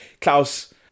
Klaus